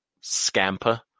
scamper